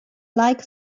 like